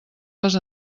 les